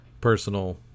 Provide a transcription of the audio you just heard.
personal